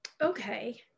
okay